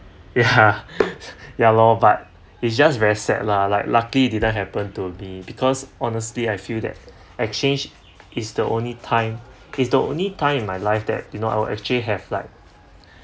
ya ya lor but it's just very sad lah like luckily didn't happen to me because honestly I feel that exchange is the only time it's the only time in my life that you know I will actually have like